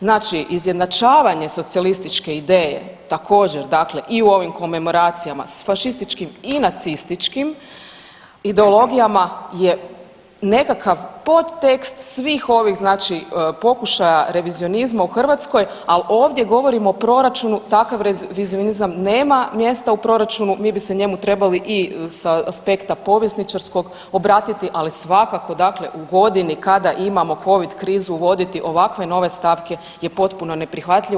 Znači, izjednačavanje socijalističke ideje također, dakle i u ovim komemoracijama s fašističkim i nacističkim ideologijama je nekakav podtekst svih ovih znači pokušaja revizionizma u Hrvatskoj, al ovdje govorimo o proračunu, takav revizionizam nema mjesta u proračunu, mi bismo se njemu trebali i s aspekta povjesničarskog obratiti, ali svakako dakle u godini kada imamo Covid krizu uvoditi ovakve nove stavke je potpuno neprihvatljivo.